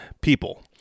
people